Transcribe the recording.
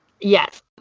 Yes